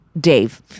Dave